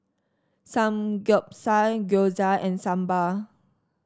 Samgeyopsal Gyoza and Sambar